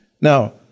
Now